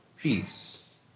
peace